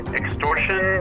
extortion